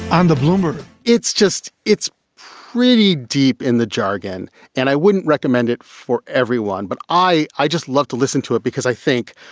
on the blumer it's just it's really deep in the jargon and i wouldn't recommend it for everyone, but i i just love to listen to it because i think,